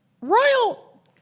Royal